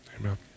amen